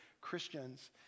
christians